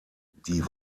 die